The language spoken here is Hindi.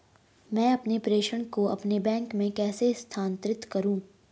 मैं अपने प्रेषण को अपने बैंक में कैसे स्थानांतरित करूँ?